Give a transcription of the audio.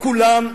כולם,